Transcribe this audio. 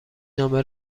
نامه